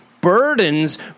burdens